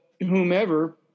whomever